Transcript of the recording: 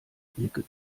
blicke